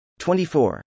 24